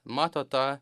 mato tą